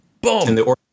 Boom